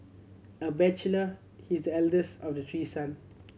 a bachelor he is the eldest of the three son